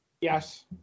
Yes